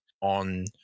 on